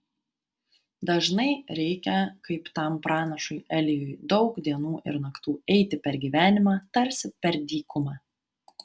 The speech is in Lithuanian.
dažnai reikia kaip tam pranašui elijui daug dienų ir naktų eiti per gyvenimą tarsi per dykumą